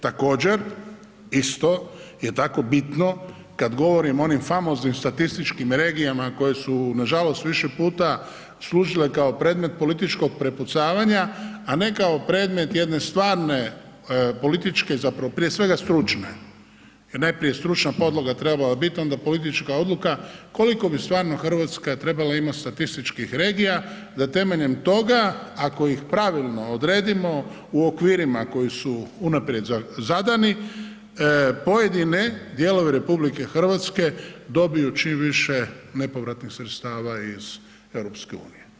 Također, isto je tako bitno kad govorim o onim famoznim statističkim regijama koje su nažalost više puta služile kao predmet političkog prepucavanja a ne kao predmet jedne stvarne političke, zapravo prije svega stručne jer najprije je stručna podloga trebala biti a onda politička odluka, koliko bi stvarno Hrvatske trebala imati statističkih regija da temeljem toga ako ih pravilno odredimo u okvirima koji su unaprijed zadani pojedine dijelove RH dobiju čim više nepovratnih sredstava iz EU.